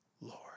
Lord